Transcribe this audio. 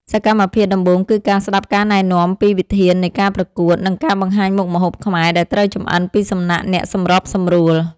សកម្មភាពដំបូងគឺការស្ដាប់ការណែនាំពីវិធាននៃការប្រកួត និងការបង្ហាញមុខម្ហូបខ្មែរដែលត្រូវចម្អិនពីសំណាក់អ្នកសម្របសម្រួល។